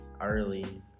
early